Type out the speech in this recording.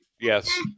Yes